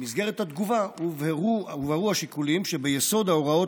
במסגרת התגובה הובהרו השיקולים שביסוד ההוראות